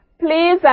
please